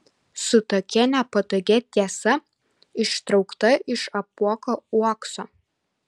su tokia nepatogia tiesa ištraukta iš apuoko uokso